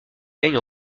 gagne